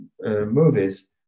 movies